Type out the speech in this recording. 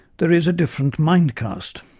there is a different mind-cast.